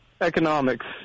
Economics